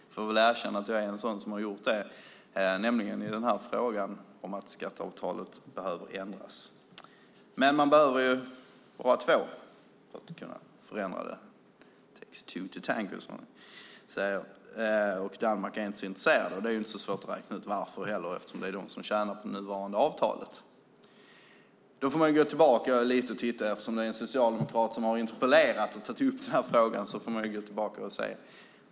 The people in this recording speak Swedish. Jag får väl erkänna att jag är en sådan som gjort det i den här frågan om att skatteavtalet behöver ändras. Men man behöver vara två för att kunna förändra det. It takes two to tango, som man säger, och Danmark är inte så intresserat. Det är inte heller så svårt att räkna ut varför, eftersom det är de som tjänar på det nuvarande avtalet. Man får gå tillbaka lite och titta. Det är en socialdemokrat som har interpellerat och tagit upp den här frågan.